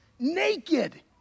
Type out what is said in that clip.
Naked